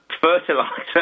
fertilizer